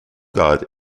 guide